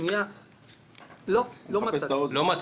לא מצאתי.